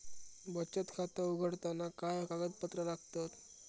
बचत खाता उघडताना काय कागदपत्रा लागतत?